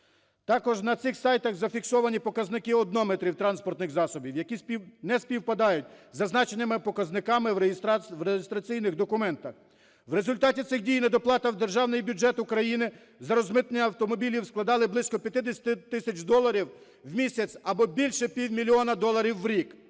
Також на цих сайтах зафіксовані показники однометрів транспортних засобів, які не співпадають із зазначеними показниками в реєстраційних документах. В результаті цих дій недоплати в державний бюджет України за розмитнення автомобілів складали близько 50 тисяч доларів у місяць або більше півмільйона доларів у рік.